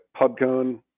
pubcon